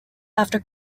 after